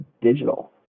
digital